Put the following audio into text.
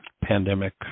pandemic